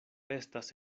estas